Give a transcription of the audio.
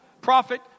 prophet